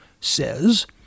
says